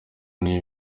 niyo